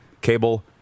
cable